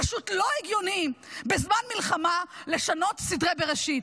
פשוט לא הגיוני בזמן מלחמה לשנות סדרי בראשית.